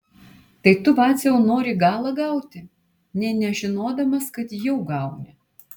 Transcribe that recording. tai tu vaciau nori galą gauti nė nežinodamas kad jau gauni